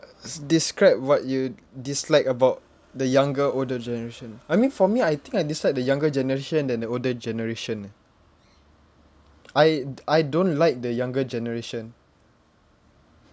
uh describe what you dislike about the younger older generation I mean for me I think I dislike the younger generation than the older generation eh I d~ I don't like the younger generation